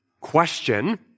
Question